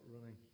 running